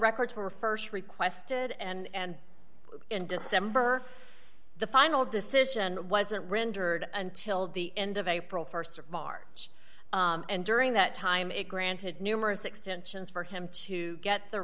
records were st requested and in december the final decision wasn't rendered until the end of april st of march and during that time it granted numerous extensions for him to get the